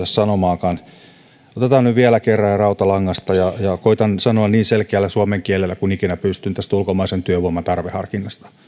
sanomaankaan otetaan nyt vielä kerran ja rautalangasta ja koetan sanoa niin selkeällä suomen kielellä kuin ikinä pystyn tästä ulkomaisen työvoiman tarveharkinnasta